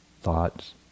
thoughts